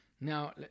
Now